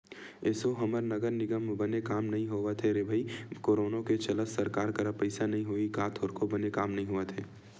एसो हमर नगर निगम म बने काम नइ होवत हे रे भई करोनो के चलत सरकार करा पइसा नइ होही का थोरको बने काम नइ होवत हे